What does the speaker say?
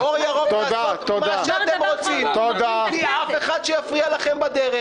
יש לכם אור ירוק לעשות מה שאתם רוצים בלי אף אחד שיפריע לכם בדרך.